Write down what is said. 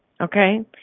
okay